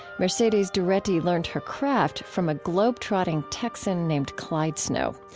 mercedes doretti learned her craft from a globe-trotting texan named clyde snow,